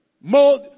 more